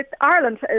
Ireland